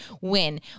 win